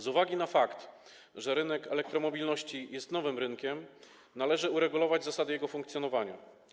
Z uwagi na fakt, że rynek elektromobilności jest nowym rynkiem, należy uregulować zasady jego funkcjonowania.